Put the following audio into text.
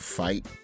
fight